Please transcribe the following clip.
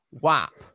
WAP